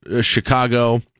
chicago